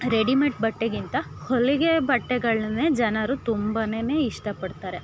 readymade ಬಟ್ಟೆಗಿಂತ ಹೊಲಿಗೆ ಬಟ್ಟೆಗಳನ್ನೆ ಜನರು ತುಂಬಾನೆ ಇಷ್ಟ ಪಡ್ತಾರೆ